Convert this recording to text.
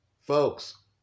Folks